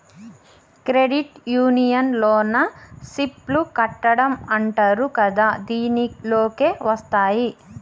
credit union లోన సిప్ లు కట్టడం అంటరు కదా దీనిలోకే వస్తాయ్